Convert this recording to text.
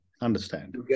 Understand